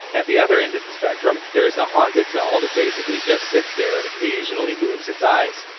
at the other end of the spectrum, there's the haunted doll that basically just sits there and occasionally moves its eyes.